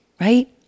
right